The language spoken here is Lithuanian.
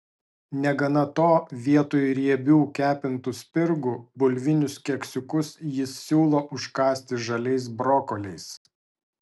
negana to vietoj riebių kepintų spirgų bulvinius keksiukus jis siūlo užkąsti žaliais brokoliais